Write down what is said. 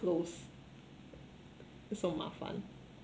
closed so 麻烦